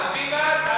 תצביעי בעד.